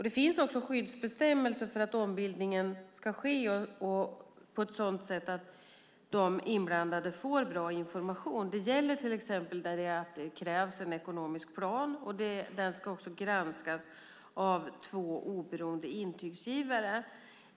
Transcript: Det finns också skyddsbestämmelser för att ombildningen ska ske på ett sådant sätt att de inblandade får bra information. Det krävs till exempel en ekonomisk plan som också ska granskas av två oberoende intygsgivare.